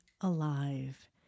alive